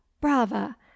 brava